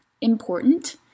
Important